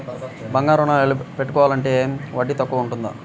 బంగారు ఋణం ఎలా పెట్టుకుంటే వడ్డీ తక్కువ ఉంటుంది?